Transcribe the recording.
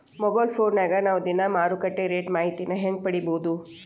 Mobile ಫೋನ್ಯಾಗ ನಾವ್ ದಿನಾ ಮಾರುಕಟ್ಟೆ ರೇಟ್ ಮಾಹಿತಿನ ಹೆಂಗ್ ಪಡಿಬೋದು?